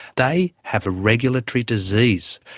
they have a regulatory disease.